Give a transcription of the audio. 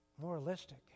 moralistic